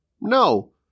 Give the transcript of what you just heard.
No